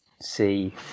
see